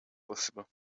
possible